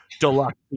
deluxe